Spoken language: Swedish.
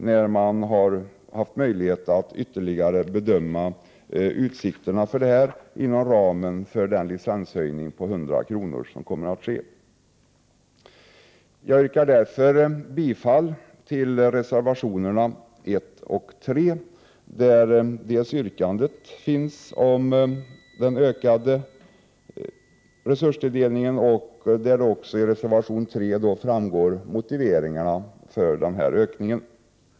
Då har man ju haft möjlighet att ytterligare bedöma utsikterna för detta inom ramen för den licenshöjning om 100 kr. som kommer att ske. Jag yrkar bifall till reservationerna 1 och 3. I reservation 1 återfinns våra yrkanden om en utökad resurstilldelning och i reservation 3 återfinns motiveringarna.